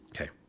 Okay